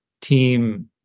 team